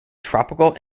tropical